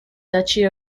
duchy